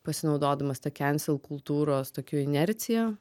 pasinaudodamas ta kancel kultūros tokia inercija